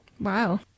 Wow